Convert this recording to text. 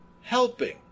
helping